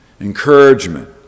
encouragement